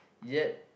yet